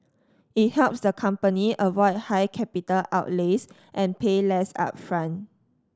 it helps the company avoid high capital outlays and pay less upfront